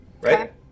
Right